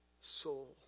soul